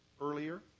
earlier